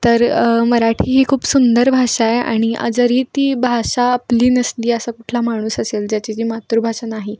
तर मराठी ही खूप सुंदर भाषा आहे आणि जरी ती भाषा आपली नसली असा कुठला माणूस असेल ज्याची जी मातृभाषा नाही